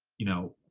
you know,